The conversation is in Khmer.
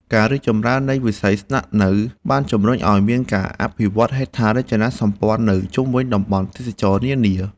ការរីកចម្រើននៃវិស័យស្នាក់នៅបានជំរុញឱ្យមានការអភិវឌ្ឍហេដ្ឋារចនាសម្ព័ន្ធនៅជុំវិញតំបន់ទេសចរណ៍នានា។